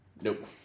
Nope